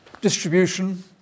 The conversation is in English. distribution